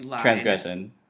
transgression